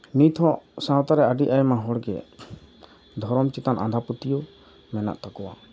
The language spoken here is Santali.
ᱱᱤᱛ ᱦᱚᱸ ᱥᱟᱶᱛᱟ ᱨᱮ ᱟᱹᱰᱤ ᱟᱭᱢᱟ ᱦᱚᱲᱜᱮ ᱫᱷᱚᱨᱚᱢ ᱪᱮᱛᱟᱱ ᱟᱸᱫᱷᱟᱯᱟᱹᱛᱭᱟᱹᱣ ᱢᱮᱱᱟᱜ ᱛᱟᱠᱚᱣᱟ